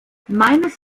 meines